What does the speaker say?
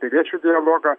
piliečių dialogą